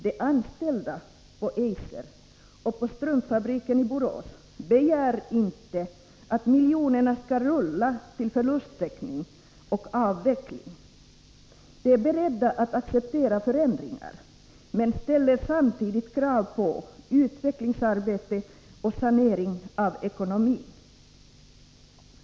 De anställda på Eiser och på strumpfabriken i Borås begär inte att miljonerna skall rulla till förlusttäckning och avveckling. De är beredda att acceptera förändringar men ställer samtidigt krav på utvecklingsarbete och sanering av ekonomin.